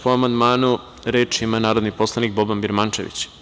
Po amandmanu, reč ima narodni poslanik Boban Birmančević.